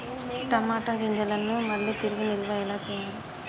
టమాట గింజలను మళ్ళీ తిరిగి నిల్వ ఎలా చేయాలి?